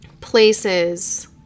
places